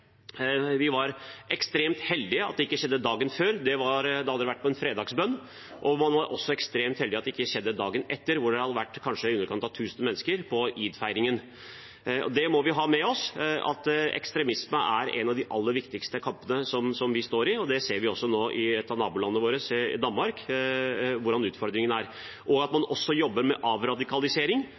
Det var ekstremt heldig at det ikke skjedde dagen før, for da hadde det vært fredagsbønn. Det var også ekstremt heldig at det ikke skjedde dagen etter, da hadde det kanskje vært i underkant av tusen mennesker på id-feiringen. Vi må ha med oss at ekstremisme er en av de aller viktigste kampene vi står i – det ser vi også i et av nabolandene våre, i Danmark, og utfordringene der – og at man også jobber med avradikalisering